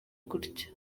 gutya